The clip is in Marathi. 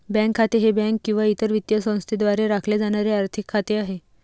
बँक खाते हे बँक किंवा इतर वित्तीय संस्थेद्वारे राखले जाणारे आर्थिक खाते आहे